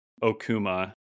Okuma